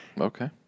Okay